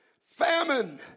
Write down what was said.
Famine